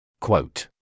Quote